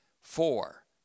Four